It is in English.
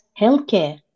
healthcare